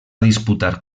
disputar